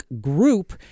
group